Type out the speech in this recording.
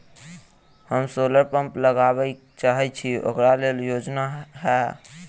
हम solar pump लगाबै चाहय छी ओकरा लेल योजना हय?